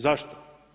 Zašto?